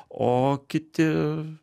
o kiti